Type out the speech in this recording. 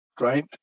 Right